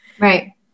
Right